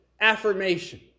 Affirmation